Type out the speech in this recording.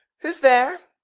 who's there?